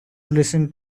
listen